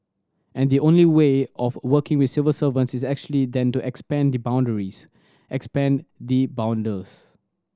and the only way of working with civil servants is actually then to expand the boundaries expand the borders